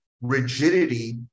rigidity